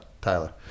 Tyler